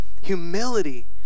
humility